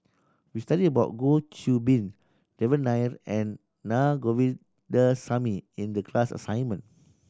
we studied about Goh Qiu Bin Devan Nair and Naa Govindasamy in the class assignment